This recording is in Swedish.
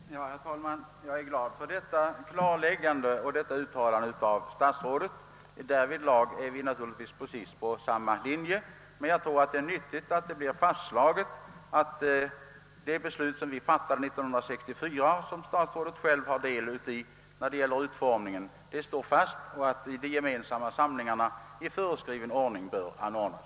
Herr talman! Jag är glad över detta klarläggande uttalande av statsrådet. Vi är tydligen i sak precis på samma linje, men jag anser det viktigt att man understryker att det beslut riksdagen fattade 1964 — och i vars utformning statsrådet själv har del — står fast och att alltså de gemensamma samlingarna i föreskriven ordning bör anordnas,